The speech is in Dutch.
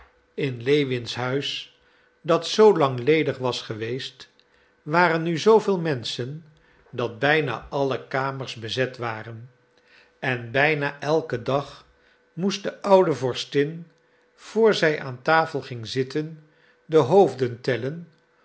in lewins huis dat zoo lang ledig was geweest waren nu zooveel menschen dat bijna alle kamers bezet waren en bijna elken dag moest de oude vorstin voor zij aan tafel ging zitten de hoofden tellen